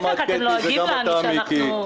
גם את, קטי, וגם אתה, מיקי.